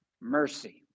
mercy